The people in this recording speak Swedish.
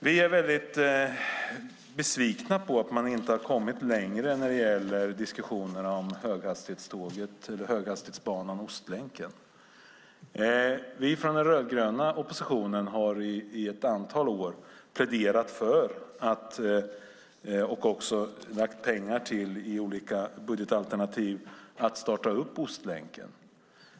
Vi är väldigt besvikna på att man inte har kommit längre i diskussionerna om höghastighetsbanan Ostlänken. Vi från den rödgröna oppositionen har i ett antal år pläderat för och också i olika budgetalternativ lagt pengar för att starta Ostlänken.